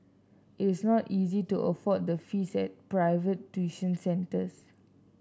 it is not easy to afford the fees at private tuition centres